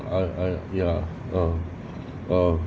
I I ya uh uh